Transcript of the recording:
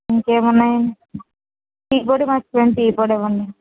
ఇంకేమున్నాయండి tea పొడి మర్చిపోయాను tea పొడి ఇవ్వండి